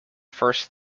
first